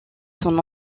son